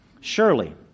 Surely